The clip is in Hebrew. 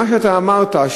מה שאתה אמרת,